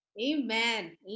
Amen